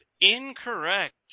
incorrect